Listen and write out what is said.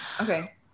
Okay